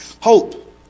hope